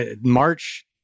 March